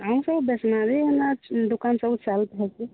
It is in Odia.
ଆଉ ସବୁ ଟେସନାରୀ ହେନ୍ତା ଦୁକାନ ସବୁ ଚାଲୁ ଥାଉଛି